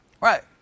Right